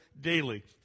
daily